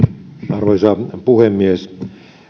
arvoisa puhemies